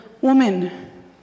Woman